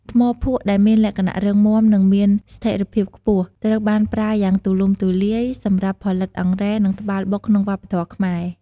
ថ្មភក់ដែលមានលក្ខណៈរឹងមាំ និងមានស្ថេរភាពខ្ពស់ ត្រូវបានប្រើយ៉ាងទូលំទូលាយសម្រាប់ផលិតអង្រែ និងត្បាល់បុកក្នុងវប្បធម៌ខ្មែរ។